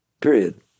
period